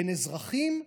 בין אזרחים לאזרחים.